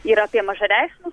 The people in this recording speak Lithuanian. yra apie mažareikšmius